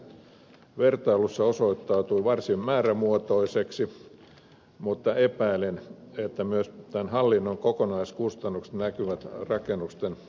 suomi tässä vertailussa osoittautui varsin määrämuotoiseksi mutta epäilen että myös tämän hallinnon kokonaiskustannukset näkyvät rakennusten loppuhinnoissa